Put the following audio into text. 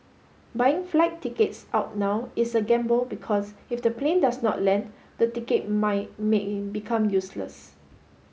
buying flight tickets out now is a gamble because if the plane does not land the ticket might may become useless